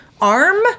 arm